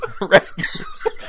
Rescue